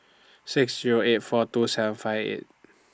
six Zero eight four two seven five eight